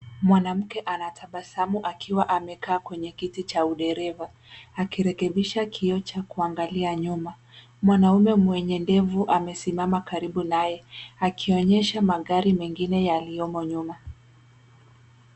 Mwanamke anatabasamu akiwa amekaa kwenye kiti cha udereva akirekebisha kioo cha kuangalia nyuma. Mwanamme mwenye ndevu amesimama karibu naye akionyesha magari mengine yaliyomo nyuma.